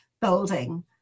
building